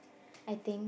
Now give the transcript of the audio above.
I think